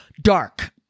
dark